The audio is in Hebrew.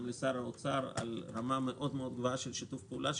לשר האוצר על רמה גבוהה מאוד של שיתוף פעולה,